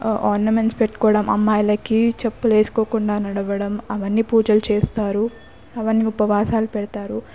ornaments పెట్టుకోవడం అమ్మాయిలకి చెప్పులు వేసుకోకుండా నడవడం అవన్నీ పూజలు చేస్తారు అవన్నీ ఉపవాసాలు పెడతారు